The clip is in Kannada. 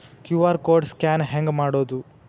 ಕ್ಯೂ.ಆರ್ ಕೋಡ್ ಸ್ಕ್ಯಾನ್ ಹೆಂಗ್ ಮಾಡೋದು?